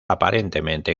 aparentemente